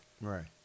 Right